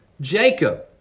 Jacob